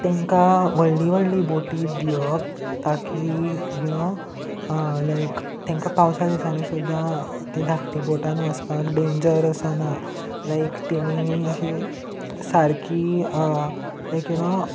तेंकां व्हडली व्हडली बोटी दिवप ताकी यू नो लायक तेंकां पावसा दिसांनी सुद्दां ते धाकटी बोटान वचपाक डेंजर असो ना लायक तेमी अशी सारकी लायक यू नो